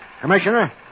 Commissioner